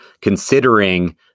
considering